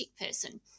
person